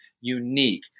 unique